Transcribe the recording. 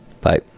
Bye